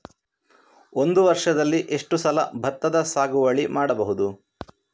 ಒಂದು ವರ್ಷದಲ್ಲಿ ಎಷ್ಟು ಸಲ ಭತ್ತದ ಸಾಗುವಳಿ ಮಾಡಬಹುದು?